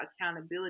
accountability